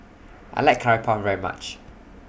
I like Curry Puff very much